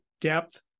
depth